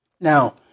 Now